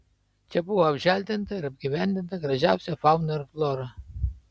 čia buvo apželdinta ir apgyvendinta gražiausia fauna ir flora